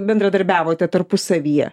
bendradarbiavote tarpusavyje